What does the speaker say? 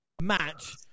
match